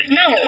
no